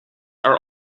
are